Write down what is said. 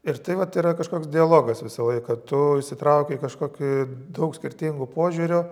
ir tai vat yra kažkoks dialogas visą laiką tu išsitrauki kažkokį daug skirtingų požiūrių